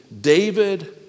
David